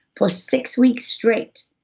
for six weeks straight,